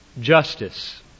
justice